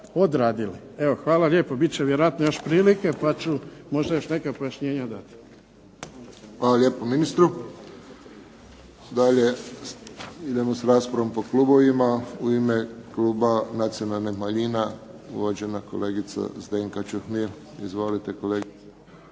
odradili. Evo hvala lijepo. Bit će vjerojatno još prilike pa ću možda još neka pojašnjenja dati. **Friščić, Josip (HSS)** Hvala lijepo ministru. Dalje, idemo s raspravom po klubovima. U ime kluba nacionalnih manjina, uvažena kolegica Zdenka Čuhnil. Izvolite kolegice.